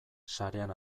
sarean